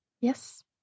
yes